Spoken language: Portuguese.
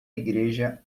igreja